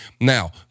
Now